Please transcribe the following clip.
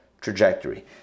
trajectory